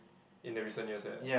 in the recent years where